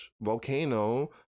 volcano